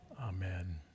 Amen